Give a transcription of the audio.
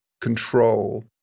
control